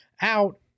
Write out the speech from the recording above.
out